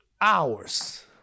hours